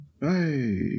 Hey